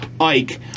Ike